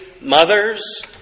mothers